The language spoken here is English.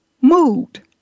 mood